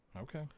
Okay